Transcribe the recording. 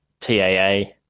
TAA